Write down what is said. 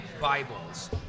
Bibles